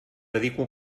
dedico